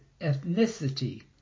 ethnicity